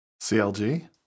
CLG